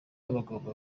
abagabo